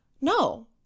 No